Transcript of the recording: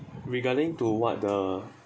regarding to what the